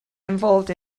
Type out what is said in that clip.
involved